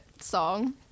song